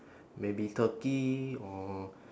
maybe turkey or